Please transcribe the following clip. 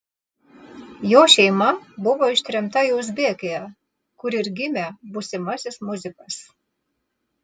jo šeima buvo ištremta į uzbekiją kur ir gimė būsimasis muzikas